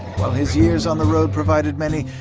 while his years on the road provided many,